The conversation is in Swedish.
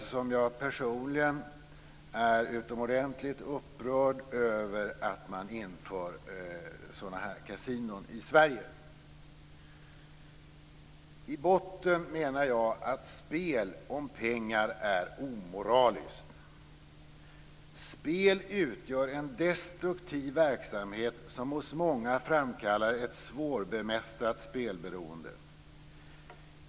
Jag är personligen utomordentligt upprörd över att man inför kasinon i Sverige. I botten menar jag att spel om pengar är omoraliskt. Spel utgör en destruktiv verksamhet som hos många framkallar ett svårbemästrat spelberoende.